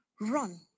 run